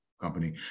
company